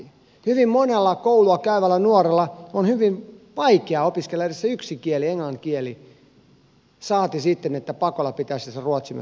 hyvin monelle koulua käyvälle nuorelle on hyvin vaikeaa opiskella edes se yksi kieli englannin kieli saati sitten että pakolla pitäisi se ruotsi myös opiskella